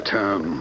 town